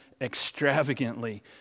extravagantly